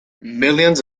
millions